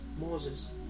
Moses